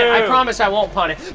i promise i won't punt it.